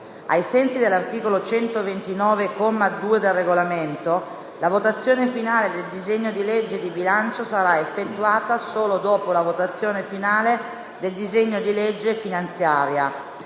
Ai sensi dell'articolo 129, comma 2, del Regolamento, la votazione finale del disegno di legge di bilancio sarà effettuata solo dopo la votazione finale del disegno di legge finanziaria.